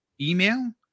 email